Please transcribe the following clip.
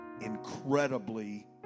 incredibly